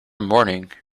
morning